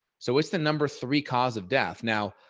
so it's the number three cause of death. now,